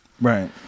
right